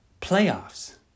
Playoffs